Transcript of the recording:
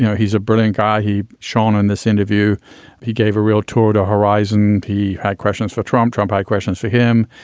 yeah he's a brilliant guy. he shown in this interview he gave a real tour to horizon. he had questions for trump. trump had questions for him.